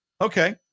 Okay